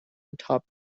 atop